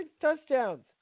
touchdowns